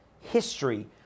history